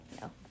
No